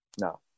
No